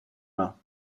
mains